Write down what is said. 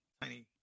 tiny